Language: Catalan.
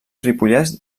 ripollès